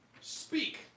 Speak